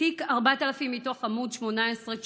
תיק 4000, מתוך עמ' 18 19: